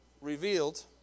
revealed